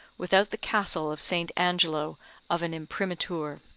without the castle of st. angelo of an imprimatur.